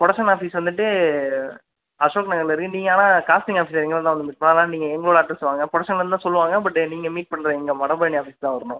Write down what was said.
production office வந்துட்டு அசோக் நகரில் இருக்குது நீங்கள் ஆனால் காஸ்ட்டியூம் ஆஃபிஸ் இங்கே வேணும்னா வந்து மீட் பண்ணலாம் நீங்கள் ஆனால் எங்களோடு அட்ரெஸ்க்கு வாங்க ப்ரொடக்க்ஷன்லேருந்து சொல்லுவாங்க பட் நீங்கள் மீட் பண்ணுறது எங்கே வடபழநி ஆஃபிஸ் தான் வரணும்